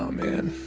um man,